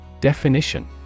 Definition